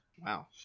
wow